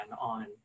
on